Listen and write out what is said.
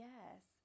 Yes